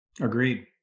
Agreed